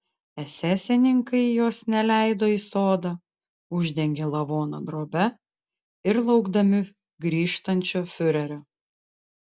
esesininkai jos neleido į sodą uždengę lavoną drobe ir laukdami grįžtančio fiurerio